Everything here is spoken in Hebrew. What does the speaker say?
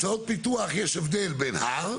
הוצאות פיתוח יש הבדל בין הר,